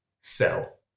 sell